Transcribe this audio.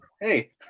hey